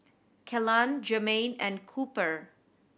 Kellan Germaine and Cooper